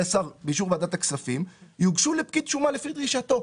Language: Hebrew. השר באישור ועדת הכספים יוגשו לפקיד שומה לפי דרישתו".